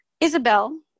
Isabel